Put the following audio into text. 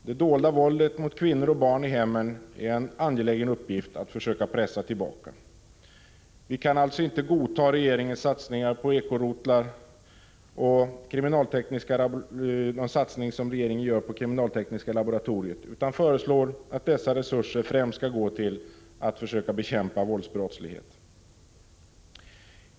Det dolda våldet mot kvinnor och barn i hemmen är det särskilt angeläget att pressa tillbaka. Vi kan alltså inte godta regeringens satsningar på ekorotlar och satsningen på kriminaltekniska laboratoriet utan föreslår att dessa resurser främst skall gå till att bekämpa våldsbrottsligheten.